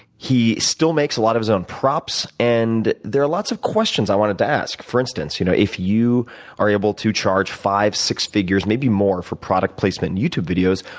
he still makes a lot of his own props. and there are lots of questions i wanted to ask. for instance you know if you are able to charge five, six figures, maybe more, for product placement in youtube videos,